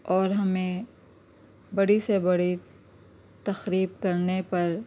اور ہمیں بڑی سے بڑی تقریب کرنے پر